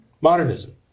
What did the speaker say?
modernism